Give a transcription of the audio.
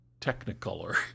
Technicolor